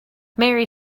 mary